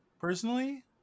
personally